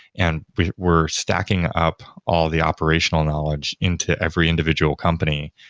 and we're stacking up all the operational knowledge into every individual company.